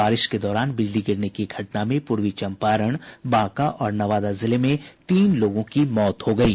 बारिश के दौरान बिजली गिरने की घटना में पूर्वी चंपारण बांका और नवादा जिले में तीन लोगों की मौत हो गयी